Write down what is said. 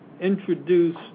introduce